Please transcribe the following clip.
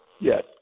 Yes